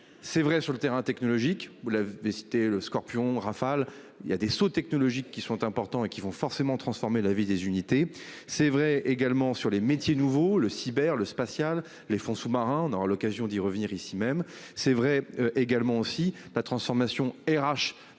C'est vrai sur le terrain technologique. Vous l'avez cité le scorpion rafales. Il y a des sauts technologiques, qui sont importants et qui vont forcément transformer la vie des unités. C'est vrai également sur les métiers nouveaux, le cyber le spatial. Les fonds sous-marins. On aura l'occasion d'y revenir, ici même, c'est vrai également aussi pas Transformation RH du